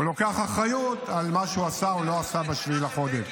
הוא לוקח אחריות על מה שהוא עשה או לא עשה ב-7 באוקטובר.